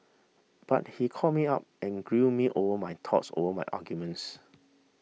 but he called me up and grilled me over my thoughts over my arguments